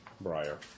briar